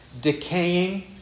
decaying